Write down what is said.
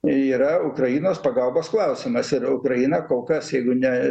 yra ukrainos pagalbos klausimas ir ukraina kol kas jeigu ne